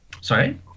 sorry